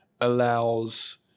allows